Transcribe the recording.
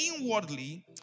inwardly